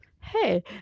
hey